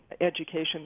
education